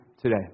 today